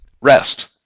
Rest